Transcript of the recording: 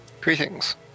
Greetings